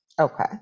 okay